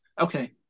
Okay